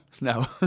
no